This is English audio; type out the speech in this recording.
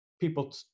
people